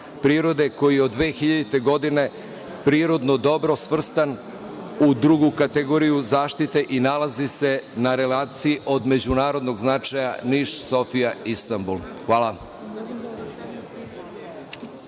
koji je od 2000. godine prirodno dobro svrstan u drugu kategoriju zaštite i nalazi se na relaciji od međunarodnog značaja Niš-Sofija-Istambul. Hvala.